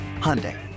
Hyundai